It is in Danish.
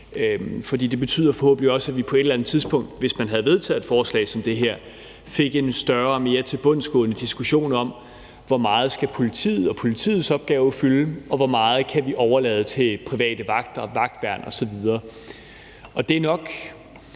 for det betyder forhåbentlig også, at vi på et eller andet tidspunkt, hvis man havde vedtaget et forslag som det her, ville få en større og mere tilbundsgående diskussion om: Hvor meget skal politiet og politiets opgave fylde, og hvor meget kan vi overlade til private vagter, vagtværn osv.? Det er nok